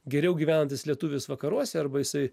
geriau gyvenantis lietuvis vakaruose arba jisai